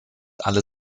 alle